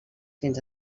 fins